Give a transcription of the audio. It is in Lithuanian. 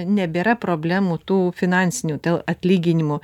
nebėra problemų tų finansinių dėl atlyginimų